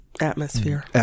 atmosphere